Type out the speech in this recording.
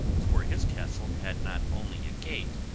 for his castle had not only a gate,